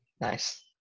Nice